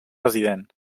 resident